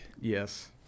Yes